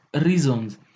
Reasons